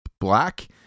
black